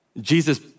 Jesus